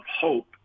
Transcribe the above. hope